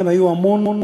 לכן היו המון